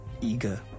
eager